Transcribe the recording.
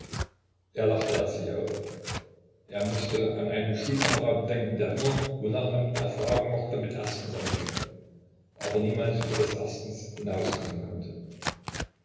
er lachte herzlich auf er mußte an einen schulkameraden denken der immer wonach man ihn auch fragen mochte mit erstens anfing aber niemals über das erstens hinauskommen konnte